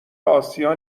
آسیا